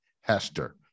Hester